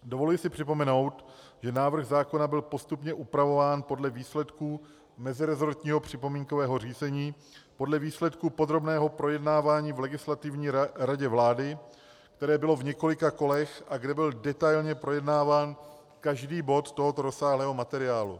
Dovoluji si připomenout, že návrh zákona byl postupně upravován podle výsledků meziresortního připomínkového řízení, podle výsledku podrobného projednání v Legislativní radě vlády, které bylo v několika kolech a kde byl detailně projednáván každý bod tohoto rozsáhlého materiálu.